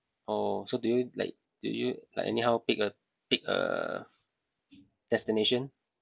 oh so do you like do you like anyhow pick a pick a destination